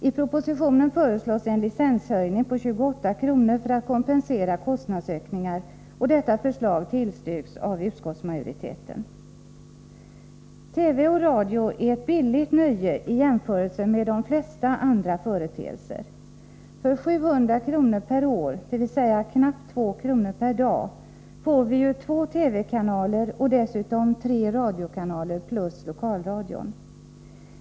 I propositionen föreslås en licenshöjning på 28 kr. för att kompensera kostnadsökningar, och detta förslag tillstyrks av utskottsmajoriteten. TV och radio är ett billigt nöje i jämförelse med de flesta andra företeelser. För 700 kr. per år — dvs. knappt 2 kr. per dag — får vi ju två TV-kanaler och dessutom tre radiokanaler plus lokalradion.